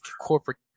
corporate